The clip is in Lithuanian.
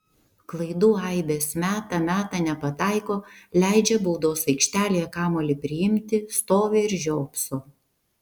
klaidų aibės meta meta nepataiko leidžia baudos aikštelėje kamuolį priimti stovi ir žiopso